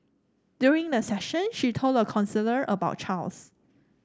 during the session she told the counsellor about Charles